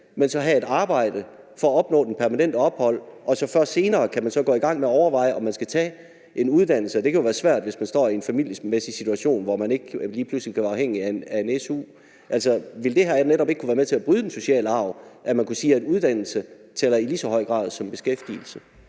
men så have et arbejde, for at opnå det permanente ophold, og hvor de så først senere kan gå i gang med at overveje, om de skal tage en uddannelse, og det kan jo være svært, hvis man står i en familiemæssig situation, hvor man ikke lige pludselig kan være afhængig af en su. Ville det netop ikke kunne være med til at bryde den sociale arv, at man kunne sige, at uddannelse tæller i lige så høj grad, som beskæftigelse